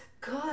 good